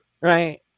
right